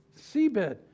seabed